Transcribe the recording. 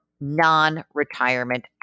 non-retirement